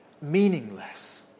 meaningless